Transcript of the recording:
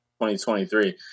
2023